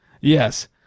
Yes